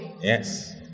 Yes